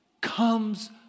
comes